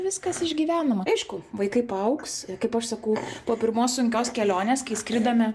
viskas išgyvenama aišku vaikai paaugs kaip aš sakau po pirmos sunkios kelionės kai skridome